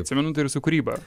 atsimenu tai ir su kūryba